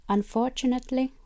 Unfortunately